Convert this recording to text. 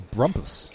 Brumpus